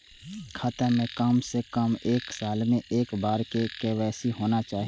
खाता में काम से कम एक साल में एक बार के.वाई.सी होना चाहि?